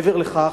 מעבר לכך,